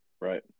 Right